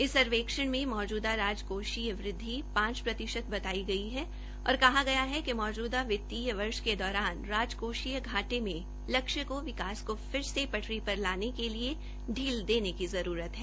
इस सर्वेक्षण में मौजूदा राजकोषीय वृद्वि पांच प्रतिशत बताई गई है और कहा गया है कि मौजूदा वित्तीय वर्ष के दौरान घटे में लक्ष्य को विकास को फिर से पटरी लाने के लिए ढील की जरूरत है